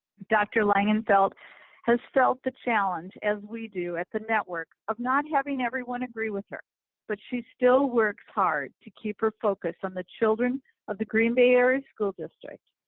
dr. langenfeld has felt the challenge, as we do at the network, of not having everyone agree with, but she still works hard to keep her focus on the children of the green bay area school district.